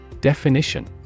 Definition